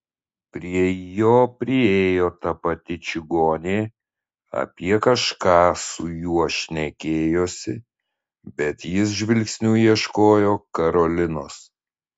prie jo priėjo ta pati čigonė apie kažką su juo šnekėjosi bet jis žvilgsniu ieškojo karolinos